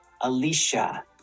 Alicia